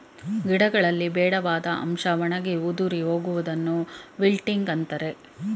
ಗಿಡಗಳಲ್ಲಿ ಬೇಡವಾದ ಅಂಶ ಒಣಗಿ ಉದುರಿ ಹೋಗುವುದನ್ನು ವಿಲ್ಟಿಂಗ್ ಅಂತರೆ